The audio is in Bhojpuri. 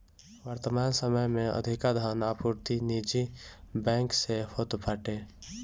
वर्तमान समय में अधिका धन आपूर्ति निजी बैंक से होत बाटे